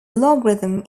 algorithm